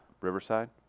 Riverside